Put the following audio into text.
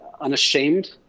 unashamed